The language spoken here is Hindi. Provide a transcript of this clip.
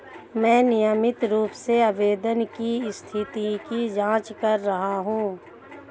मैं नियमित रूप से आवेदन की स्थिति की जाँच कर रहा हूँ